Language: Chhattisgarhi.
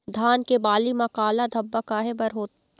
धान के बाली म काला धब्बा काहे बर होवथे?